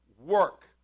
work